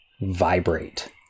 vibrate